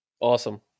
Awesome